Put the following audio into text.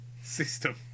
system